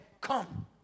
come